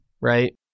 Right